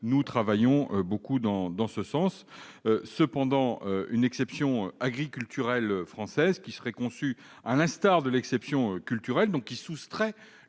Nous travaillons beaucoup dans ce sens. Cependant, une « exception agriculturelle » française qui serait conçue sur le modèle de l'exception culturelle, c'est-à-dire qui soustrairait